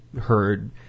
heard